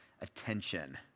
attention